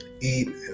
eat